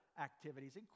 activities